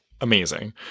Amazing